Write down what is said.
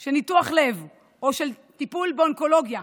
של ניתוח לב או טיפול אונקולוגיה,